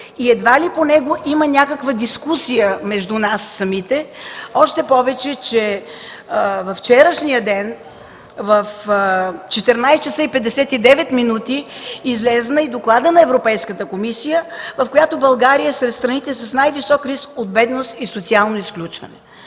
и едва ли по него има някаква дискусия между нас самите, още повече, че във вчерашния ден в 14,59 ч. излезе и доклада на Европейската комисия, в който България е сред страните с най-висок риск от бедност и социално изключване.